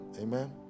Amen